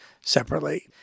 separately